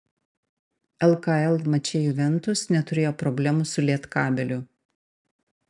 lkl mače juventus neturėjo problemų su lietkabeliu